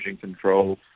control